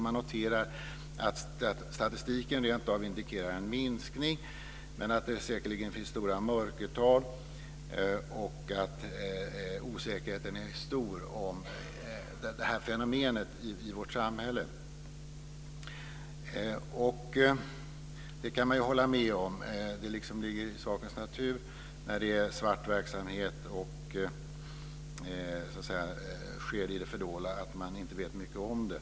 Man noterar att statistiken rent av indikerar en minskning men att det säkerligen finns stora mörkertal. Ovissheten omkring det här fenomenet i vårt samhälle är stor. Detta kan man hålla med om. Det ligger i sakens natur när det gäller svartverksamhet som bedrivs i det fördolda att man inte vet mycket om den.